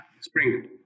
spring